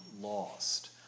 lost